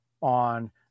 on